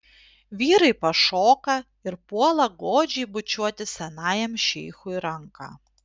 vyrai pašoka ir puola godžiai bučiuoti senajam šeichui ranką